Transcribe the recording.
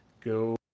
Go